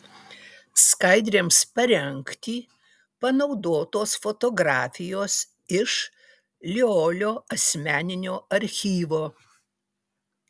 skaidrėms parengti panaudotos fotografijos iš liolio asmeninio archyvo